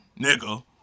nigga